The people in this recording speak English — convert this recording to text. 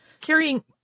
carrying